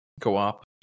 co-op